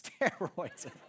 Steroids